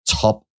top